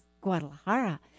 Guadalajara